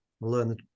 learn